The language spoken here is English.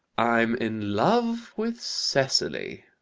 i'm in love with cecily,